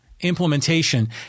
implementation